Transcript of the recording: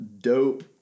dope